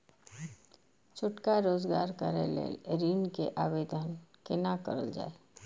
छोटका रोजगार करैक लेल ऋण के आवेदन केना करल जाय?